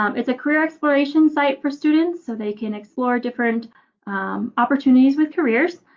um it's a career exploration site for students, so they can explore different opportunities with careers.